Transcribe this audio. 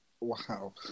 Wow